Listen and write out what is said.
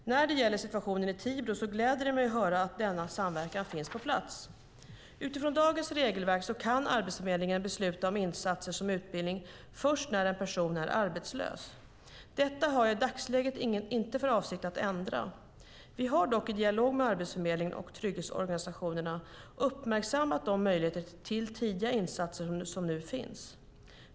När det gäller situationen i Tibro gläder det mig att höra att denna samverkan finns på plats. Utifrån dagens regelverk kan Arbetsförmedlingen besluta om insatser som utbildning först när en person är arbetslös. Detta har jag i dagsläget inte för avsikt att ändra. Vi har dock i dialog med Arbetsförmedlingen och trygghetsorganisationerna uppmärksammat de möjligheter till tidiga insatser som nu finns.